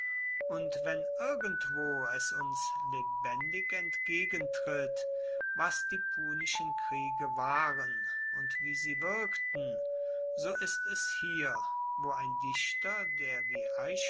und wenn irgendwo es uns lebendig entgegentritt was die punischen kriege waren und wie sie wirkten so ist es hier wo ein dichter der wie